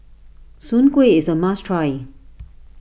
Soon Kueh is a must try